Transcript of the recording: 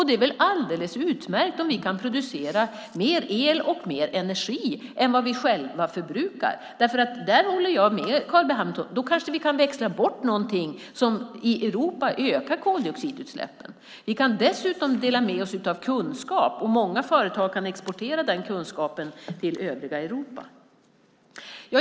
Det är väl alldeles utmärkt om vi kan producera mer el och mer energi än vi själva förbrukar. Där håller jag med Carl B Hamilton om att vi då kanske kan växla bort sådant som ute i Europa ökar koldioxidutsläppen. Vi kan dessutom dela med oss av kunskap; många företag kan exportera den kunskapen till övriga Europa.